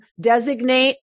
designate